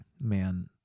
man